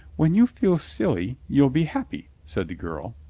when you feel silly you'll be happy, said the girl.